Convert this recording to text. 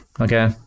Okay